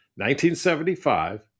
1975